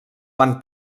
van